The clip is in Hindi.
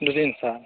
दो तीन साल